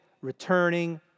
returning